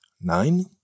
nine